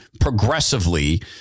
progressively